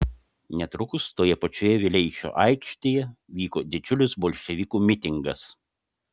netrukus toje pačioje vileišio aikštėje vyko didžiulis bolševikų mitingas